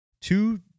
Two